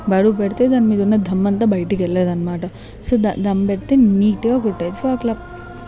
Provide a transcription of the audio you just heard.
బరువు పెడితే దానిమీద ఉన్న దమ్ అంత బయటకెళ్ళాదన్నమాట సో ద దమ్ పెడితే నీట్గా ఉంటాయి సో అట్లా